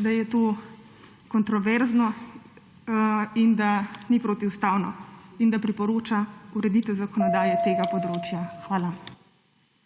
da je to kontroverzno in da ni protiustavno in da priporoča ureditev zakonodaje tega področja. / znak